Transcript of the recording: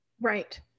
Right